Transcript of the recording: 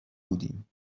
بودیم